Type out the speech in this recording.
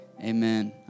amen